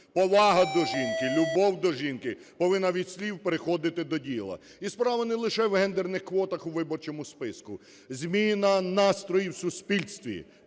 Повага до жінки, любов до жінки повинна від слів переходити до діла. І справа не лише в гендерних квотах у виборчому списку. Зміна настроїв в суспільстві